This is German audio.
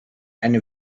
eine